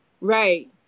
Right